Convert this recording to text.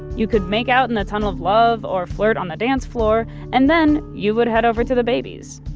you could make out in the tunnel of love or flirt on the dance floor and then you would head over to the babies.